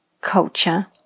culture